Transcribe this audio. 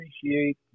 appreciate